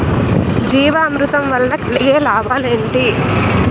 జీవామృతం వల్ల కలిగే లాభాలు ఏంటి?